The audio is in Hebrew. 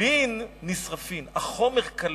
גווילין נשרפים, החומר כלה,